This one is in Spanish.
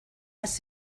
has